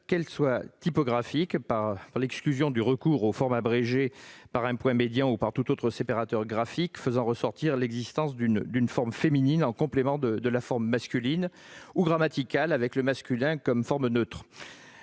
qu'elles soient typographiques, par l'exclusion du recours aux formes abrégées par un point médian ou par tout autre séparateur graphique faisant ressortir l'existence d'une forme féminine en complément de la forme masculine, ou grammaticales, avec le masculin comme forme neutre.